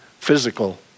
physical